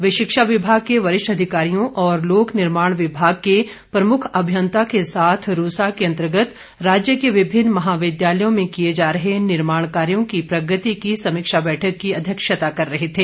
वे शिक्षा विभाग के वरिष्ठ अधिकारियों और लोक निर्माण विभाग के प्रमुख अभियंता के साथ रूसा के अंतर्गत राज्य के विभिन्न महाविद्यालयों में किए जा रहे निर्माण कार्यों की प्रगति की समीक्षा बैठक की अध्यक्षता कर रहे थे